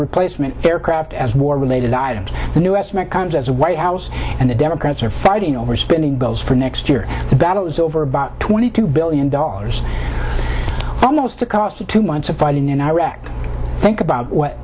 replacement aircraft as war related items the new estimate comes as white house and the democrats are fighting over spending bills for next year the battle is over about twenty two billion dollars almost a cost to months of fighting in iraq think about what